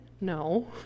no